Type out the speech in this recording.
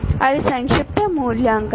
అది సంక్షిప్త మూల్యాంకనం